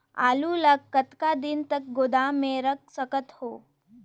आलू ल कतका दिन तक गोदाम मे रख सकथ हों?